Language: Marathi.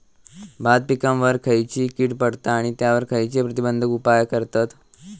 भात पिकांवर खैयची कीड पडता आणि त्यावर खैयचे प्रतिबंधक उपाय करतत?